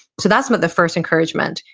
so that's but the first encouragement,